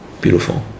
Beautiful